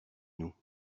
nous